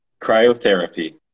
cryotherapy